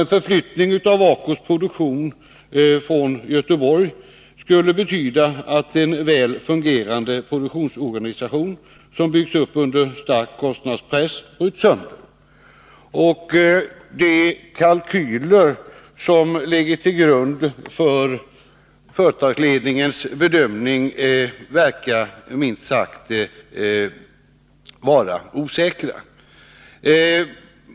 En förflyttning av ACO:s produktion från Göteborg skulle betyda att en väl fungerande produktionsorganisation, som byggts upp under stark kostnadspress, bryts sönder. De kalkyler som ligger till grund för företagsledningens bedömning verkar minst sagt vara osäkra.